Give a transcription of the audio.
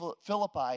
Philippi